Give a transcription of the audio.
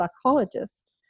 psychologist